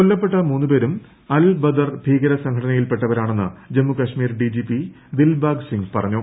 കൊല്ലപ്പെട്ട മൂന്നു പേരും അൽ ബദർ ഭീകര സംഘടനയിൽ പെട്ടവരാണെന്ന് Jammu Kashmir D G P Dilbag Singh പറഞ്ഞു